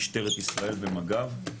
משטרת ישראל ומג"ב,